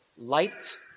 lights